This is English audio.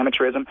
amateurism